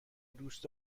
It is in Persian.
دوست